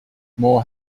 more